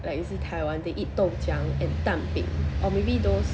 like you see Taiwan they eat 豆浆 and 蛋饼 or maybe those